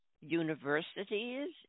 Universities